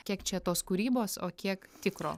kiek čia tos kūrybos o kiek tikro